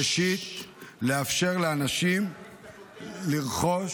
ראשית, לאפשר לאנשים לרכוש